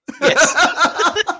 Yes